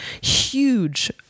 Huge